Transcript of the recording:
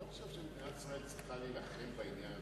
אני לא חושב שמדינת ישראל צריכה להילחם בדבר הזה.